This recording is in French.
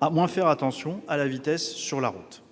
à faire moins attention à leur vitesse sur la route.